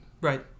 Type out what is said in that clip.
Right